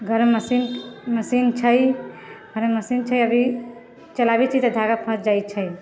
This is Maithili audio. घरमे मशीन छै मशीन छै अभी चलाबैत छियै तऽ धागा फँस जाइत छै